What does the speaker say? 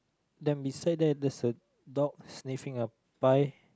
then beside that there's a dog sniffing a pie